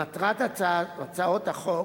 מטרת הצעות החוק